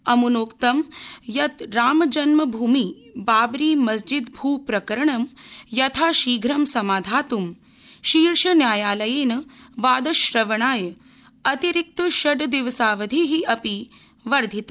अम्नोक्तं यत् रामजन्मभूमि बाबरी मस्जिदभू प्रकरणं यथाशीघं समाधात्म् शीर्षन्यायालयेन वादश्रवणाय अतिरिक्त षड्दिवसावधि अपि वर्धित